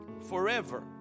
forever